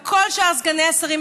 וכל שאר סגני השרים,